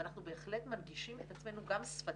ואנחנו בהחלט מנגישים את עצמנו גם שפתית